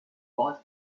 body